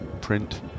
print